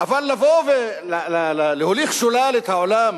אבל לבוא ולהוליך שולל את העולם